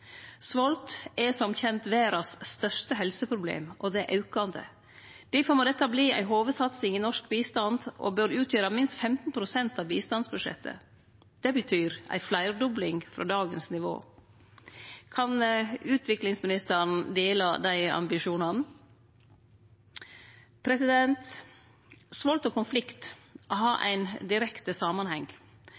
Svolt er som kjent det største helseproblemet i verda, og det er aukande. Difor må dette verte ei hovudsatsing i norsk bistand og bør utgjere minst 15 pst. av bistandsbudsjettet. Det betyr ei fleirdobling frå dagens nivå. Kan utviklingsministeren dele dei ambisjonane? Svolt og konflikt har ein direkte samanheng.